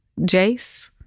Jace